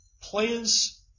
players